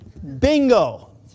Bingo